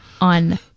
on